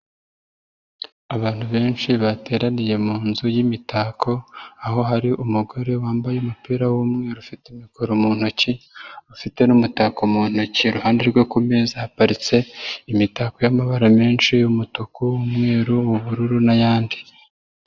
Abantu benshi bateraniye mu nzu y'imitako, aho hari umugore wambaye umupira w'umweru ufite mikoro mu ntoki, ufite n'umutako mu ntoki, iruhande rwe kumeza haparitse imitako y'amabara menshi y'umutuku, umweru, ububururu n'ayandi.